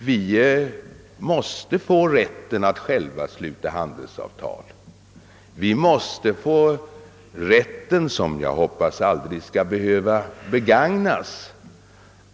Vi vill ha rätt att själva sluta handelsavtal och rätt att säga upp avtalet — en rätt som jag hoppas aldrig skall behöva begagnas.